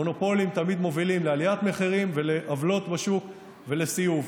מונופולים תמיד מובילים לעליית מחירים ולעוולות בשוק ולסיאוב.